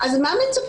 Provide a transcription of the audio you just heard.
אז מה מצפים?